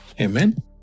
Amen